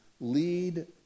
lead